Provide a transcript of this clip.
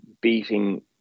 beating